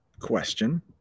question